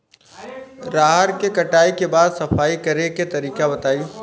रहर के कटाई के बाद सफाई करेके तरीका बताइ?